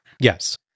Yes